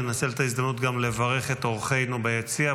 אני אנצל את ההזדמנות גם לברך את אורחינו ביציע.